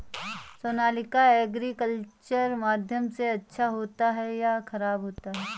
Sonalika agriculture माध्यम से अच्छा होता है या ख़राब होता है?